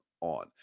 on